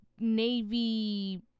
Navy